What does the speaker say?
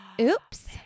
oops